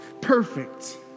perfect